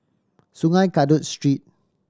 Sungei Kadut Street